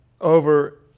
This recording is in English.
over